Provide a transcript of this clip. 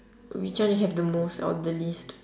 which one you have the most or the least